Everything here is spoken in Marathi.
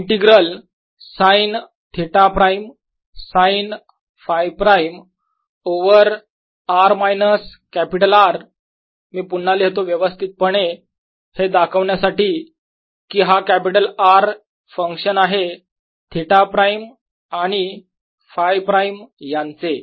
हा integral sine theta prime sine Φ prime over r minus capital R मी पुन्हा लिहितो व्यवस्थित पणे हे दाखवण्यासाठी कि हा कॅपिटल R फंक्शन आहे थिटा प्राईम आणि Φ प्राईम यांचे